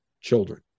children